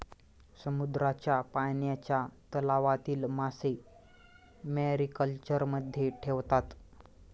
समुद्राच्या पाण्याच्या तलावातील मासे मॅरीकल्चरमध्ये ठेवतात